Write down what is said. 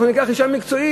אנחנו ניקח אישה מקצועית,